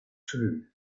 too